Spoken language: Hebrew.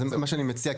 מה שאני מציע,